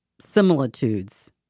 similitudes